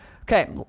Okay